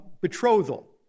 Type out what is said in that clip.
betrothal